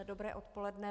Dobré odpoledne.